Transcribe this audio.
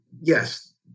yes